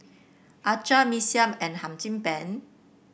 acar Mee Siam and Hum Chim Peng